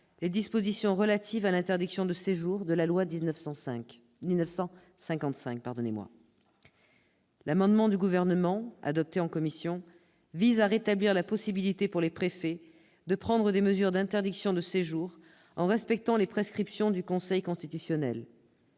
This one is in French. les dispositions relatives à l'interdiction de séjour de la loi de 1955. L'amendement du Gouvernement, adopté en commission, vise à rétablir la possibilité pour les préfets de prendre des mesures d'interdiction de séjour en respectant les prescriptions du Conseil constitutionnel.